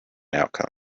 outcome